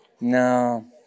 No